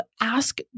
ask